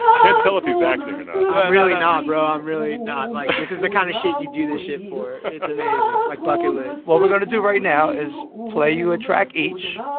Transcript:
can't tell if he's acting or not i'm really not, bro. i'm really not. like, this is the kind of shit you do this shit for. it's amazing. like bucket list what we're going to do right now is play you a track, each.